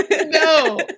No